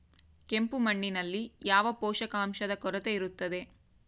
ಕೆಂಪು ಮಣ್ಣಿನಲ್ಲಿ ಯಾವ ಪೋಷಕಾಂಶದ ಕೊರತೆ ಇರುತ್ತದೆ?